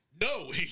No